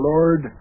Lord